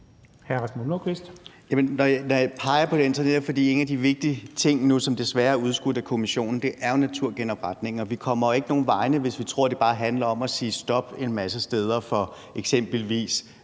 12:45 Rasmus Nordqvist (SF): Når jeg peger på dem, er det netop, fordi en af de vigtige ting, som desværre nu er blevet udskudt af Kommissionen, er naturgenopretning. Og vi kommer jo ikke nogen vegne, hvis vi tror, det bare handler om at sige stop en masse steder for eksempelvis